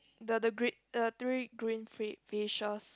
the the gr~ the three green fi~ fishes